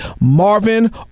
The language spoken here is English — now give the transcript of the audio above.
Marvin